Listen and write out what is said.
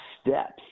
steps